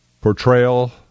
portrayal